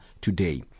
today